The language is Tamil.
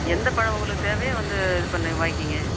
எந்த பழம் உங்களுக்கு தேவையோ வந்து இது பண்ணி வாய்ங்கோங்க